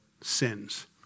sins